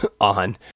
on